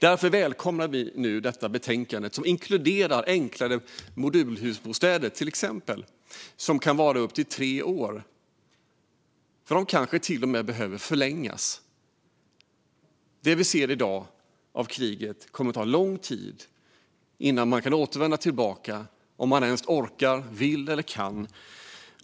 Därför välkomnar vi att betänkandet inkluderar byggandet av enklare modulboenden som kan stå i upp till tre år, och tiden behöver kanske förlängas. Det kommer att ta lång tid innan man kan återvända till Ukraina - om man ens orkar, vill eller kan.